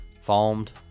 foamed